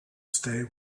stay